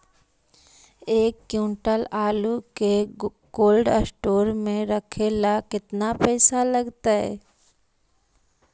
एक क्विंटल आलू के कोल्ड अस्टोर मे रखे मे केतना खरचा लगतइ?